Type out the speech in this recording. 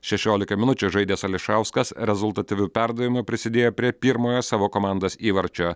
šešiolika minučių žaidęs ališauskas rezultatyviu perdavimu prisidėjo prie pirmojo savo komandos įvarčio